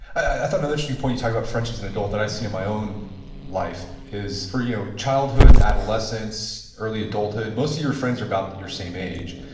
i thought an interesting point, you talk about friendship as an adult that i see my own life is you know childhood and adolescence, early adulthood, most of your friends are about your same age.